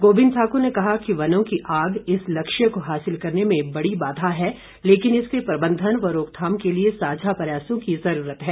गोबिंद ठाकर ने कहा कि वनों की आग इस लक्ष्य को हासिल करने में बड़ी बाधा है लेकिन इसके प्रबंधन व रोकथाम के लिए साझा प्रयासों की जरूरत है